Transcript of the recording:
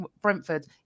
Brentford